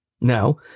Now